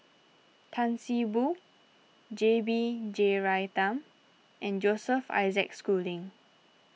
Tan See Boo J B Jeyaretnam and Joseph Isaac Schooling